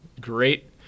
great